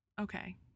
Okay